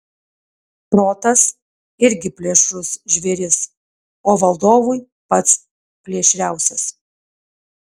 protas irgi plėšrus žvėris o valdovui pats plėšriausias